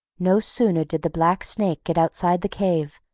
no sooner did the black snake get outside the cave,